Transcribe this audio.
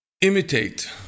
imitate